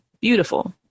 Beautiful